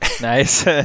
nice